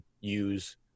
use